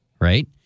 Right